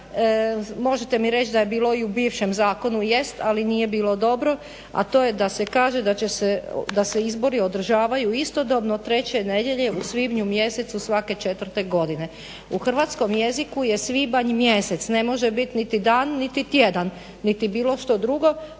možete mi reći da je bilo i u bivšem zakonu, jest, ali nije bilo dobro, a to je da se kaže da će se, da se izbori održavaju istodobno treće nedjelje u svibnju mjesecu svake četvrte godine. U hrvatskom jeziku je svibanj mjesec, ne može biti niti dan, niti tjedan, niti bilo što drugo,